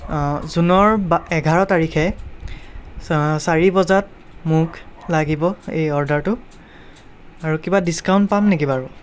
অঁ জুনৰ বা এঘাৰ তাৰিখে চাৰি বজাত মোক লাগিব এই অৰ্ডাৰটো আৰু কিবা ডিচকাউণ্ট পাম নেকি বাৰু